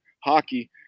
hockey